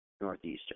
Northeastern